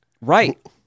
Right